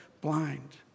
blind